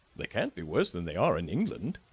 they can't be worse than they are in england,